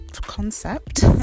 concept